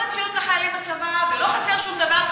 הציוד לחיילים בצבא ולא חסר שום דבר,